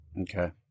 Okay